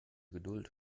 geduld